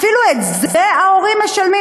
אפילו את זה ההורים משלמים?